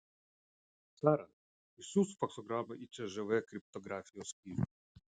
sara išsiųsk faksogramą į cžv kriptografijos skyrių